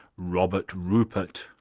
robert rupert